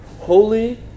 Holy